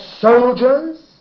soldiers